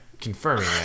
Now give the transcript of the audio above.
confirming